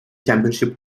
championship